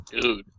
dude